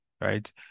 right